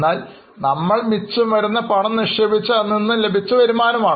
എന്നാൽ നമ്മൾ മിച്ചം വന്ന പണം നിക്ഷേപിച്ച് അതിൽ നിന്നും ലഭിച്ച വരുമാനമാണ്